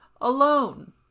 alone